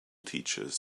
teachers